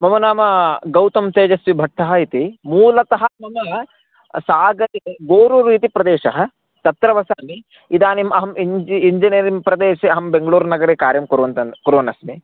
मम नाम गौतं तेजस्वि भट्टः इति मूलतः मम सागरे गोरूरु इति प्रदेशः तत्र वसामि इदानीम् अहं इन्जि इन्जिनरिङ्ग् प्रदेशे अहं बेग्ङळूरु नगरे कार्यं कुर्वन्त कुर्वन्नस्मि